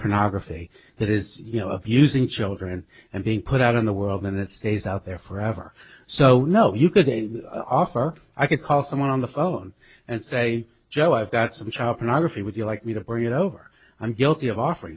pornography that is you know abusing children and being put out in the world and it stays out there forever so no you couldn't offer i could call someone on the phone and say joe i've got some chop and i really would you like me to carry it over i'm guilty of offering